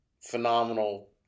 phenomenal